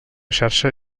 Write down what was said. xarxa